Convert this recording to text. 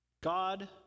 God